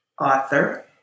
author